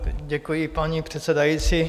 Děkuji, paní předsedající.